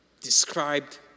described